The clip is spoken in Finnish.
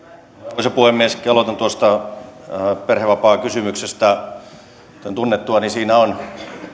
arvoisa puhemies kellotan tuosta perhevapaakysymyksestä kuten tunnettua siinä on